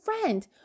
friend